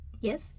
Yes